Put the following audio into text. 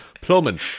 plumbing